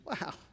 wow